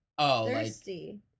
thirsty